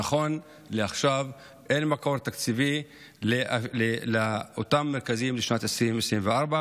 נכון לעכשיו אין מקור תקציבי לאותם מרכזים לשנת 2024,